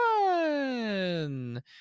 one